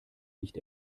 nicht